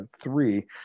three